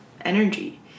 energy